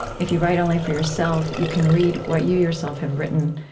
if you write only for yourself, you can read what you yourself have written,